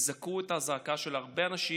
תזעקו את הזעקה של הרבה אנשים